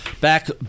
Back